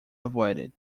avoided